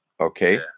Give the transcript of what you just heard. Okay